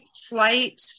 flight